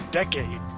decade